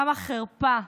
כמה חרפה.